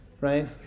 right